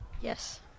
Yes